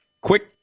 Quick